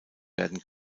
werden